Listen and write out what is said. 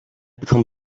become